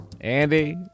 Andy